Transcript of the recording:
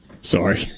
Sorry